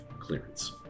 clearance